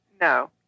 No